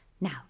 Now